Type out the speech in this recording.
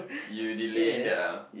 you delaying that ah